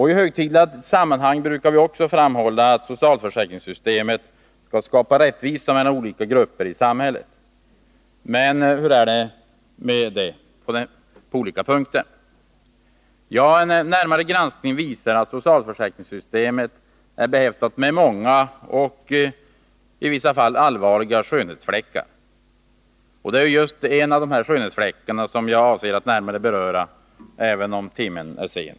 I högtidliga sammanhang brukar man ofta framhålla att socialförsäkringssystemet skapar rättvisa mellan olika grupper i samhället. Men hur är det med detta? En närmare granskning visar att socialförsäkringssystemet är behäftat med många och i vissa fall allvarliga skönhetsfläckar. Det är just en av dessa skönhetsfläckar som jag avser att närmare beröra, även om timmen är sen.